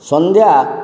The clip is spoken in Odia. ସନ୍ଧ୍ୟା